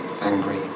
angry